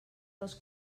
dels